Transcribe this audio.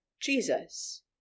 Jesus